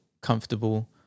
comfortable